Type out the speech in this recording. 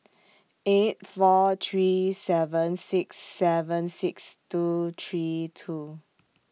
eight four three seven six seven six two three two